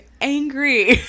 angry